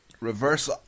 reverse